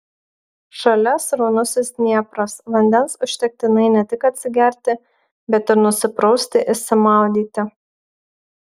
šalia sraunusis dniepras vandens užtektinai ne tik atsigerti bet ir nusiprausti išsimaudyti